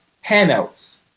handouts